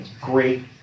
great